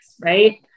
right